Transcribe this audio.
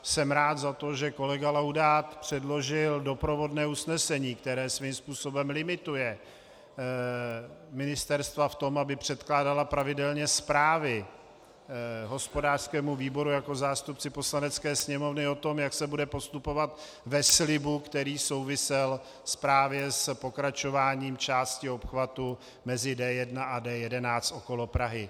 Jsem rád, že kolega Laudát předložil doprovodné usnesení, které svým způsobem limituje ministerstva v tom, aby předkládala pravidelně zprávy hospodářskému výboru jako zástupci Poslanecké sněmovny o tom, jak se bude postupovat ve slibu, který souvisel právě s pokračováním části obchvatu mezi D1 a D11 okolo Prahy.